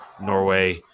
Norway